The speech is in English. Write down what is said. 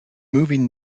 moving